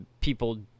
people